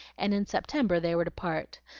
and in september they were to part.